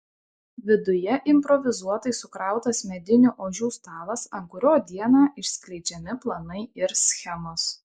viduje improvizuotai sukrautas medinių ožių stalas ant kurio dieną išskleidžiami planai ir schemos